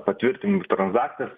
patvirtink tranzakcijas